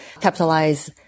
capitalize